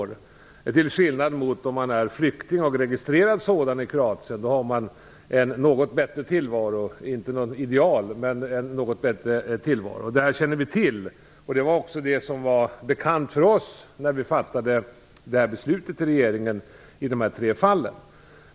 Registrerade flyktingar i Kroatien har en något bättre tillvaro, även om den naturligtvis inte heller är idealisk. Det här känner vi till. Det var också bekant för oss när vi fattade beslutet i regeringen i de här tre fallen.